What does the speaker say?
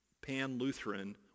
pan-Lutheran